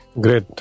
Great